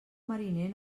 mariner